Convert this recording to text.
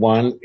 One